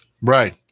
Right